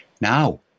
Now